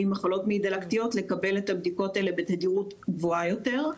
במחלות מעי דלקתיות לקבל את הבדיקות האלה בתדירות גבוהה יותר.